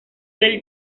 del